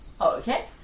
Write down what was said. Okay